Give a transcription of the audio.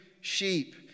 sheep